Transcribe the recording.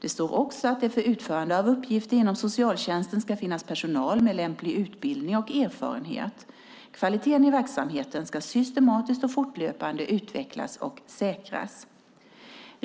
Det står också att det för utförande av uppgifter inom socialtjänsten ska finnas personal med lämplig utbildning och erfarenhet. Kvaliteten i verksamheten ska systematiskt och fortlöpande utvecklas och säkras.